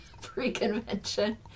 pre-convention